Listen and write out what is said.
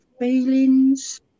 feelings